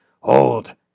Hold